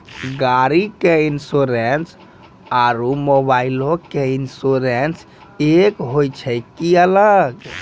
गाड़ी के इंश्योरेंस और मोबाइल के इंश्योरेंस एक होय छै कि अलग?